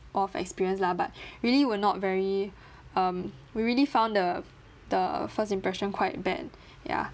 of experience lah but really were not very um we really found the the first impression quite bad ya